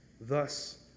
Thus